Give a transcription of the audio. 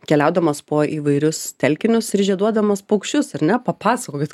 keliaudamas po įvairius telkinius ir žieduodamas paukščius ar ne papasakokit